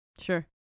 Sure